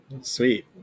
sweet